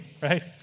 right